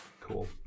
Cool